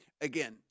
again